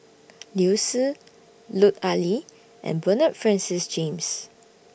Liu Si Lut Ali and Bernard Francis James